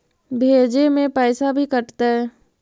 भेजे में पैसा भी कटतै?